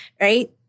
right